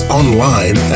online